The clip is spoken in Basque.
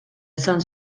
esan